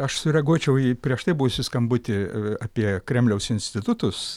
aš sureaguočiau į prieš tai buvusį skambutį apie kremliaus institutus